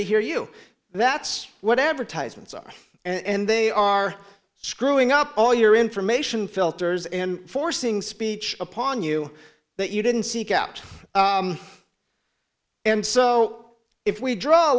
to hear you that's what advertisements are and they are screwing up all your information filters and forcing speech upon you that you didn't seek out and so if we draw a